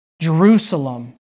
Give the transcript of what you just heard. Jerusalem